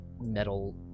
metal